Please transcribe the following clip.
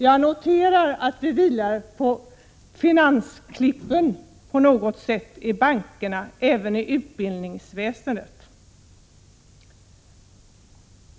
Jag noterar att även utbildningsväsendet på något sätt vilar på finansklippen i bankerna.